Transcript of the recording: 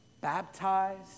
baptized